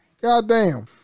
goddamn